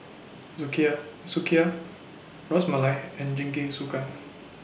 Sukiyaki Sukiyaki Ras Malai and Jingisukan